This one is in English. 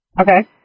Okay